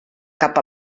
cap